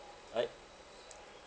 right